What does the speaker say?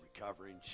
recovering